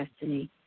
destiny